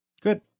Good